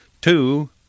two